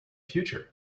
future